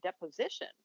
deposition